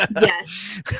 Yes